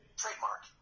trademark